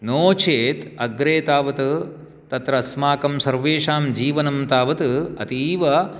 नो चेत् अग्रे तावत् तत्र अस्माकं सर्वेषां जीवनं तावत् अतीव